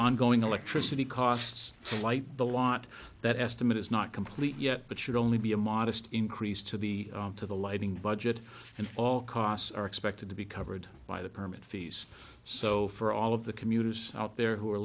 ongoing electricity costs to light the lot that estimate is not complete yet but should only be a modest increase to the to the lighting budget and all costs are expected to be covered by the permit fees so for all of the commuters out there who are